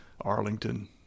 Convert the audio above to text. Arlington